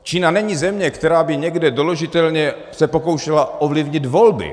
Čína není země, která by někde doložitelně se pokoušela ovlivnit volby.